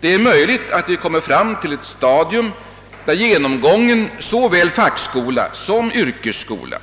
Det är möjligt att man kommer fram till ett stadium, där genomgången såväl fackskola som yrkesskola